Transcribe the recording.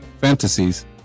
Fantasies